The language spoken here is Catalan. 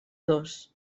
dos